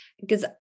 because-